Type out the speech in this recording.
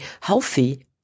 healthy